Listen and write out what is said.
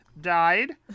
died